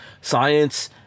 Science